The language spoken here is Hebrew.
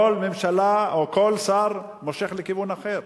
כל ממשלה או כל שר מושך לכיוון אחר.